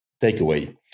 takeaway